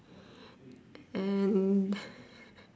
and